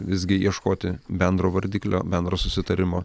visgi ieškoti bendro vardiklio bendro susitarimo